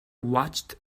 watched